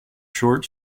short